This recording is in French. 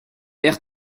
air